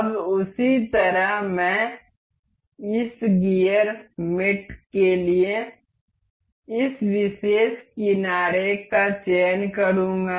अब उसी तरह मैं इस गियर मेट के लिए इस विशेष किनारे का चयन करूँगा